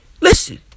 listen